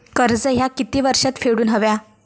कर्ज ह्या किती वर्षात फेडून हव्या?